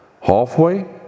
halfway